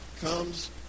comes